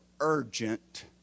urgent